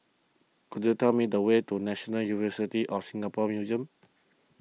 could you tell me the way to National University of Singapore Museums